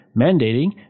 mandating